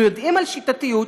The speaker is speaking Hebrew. אנחנו יודעים על שיטתיות,